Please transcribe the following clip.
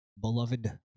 beloved